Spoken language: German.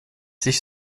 sich